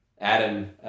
Adam